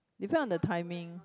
depend on the timing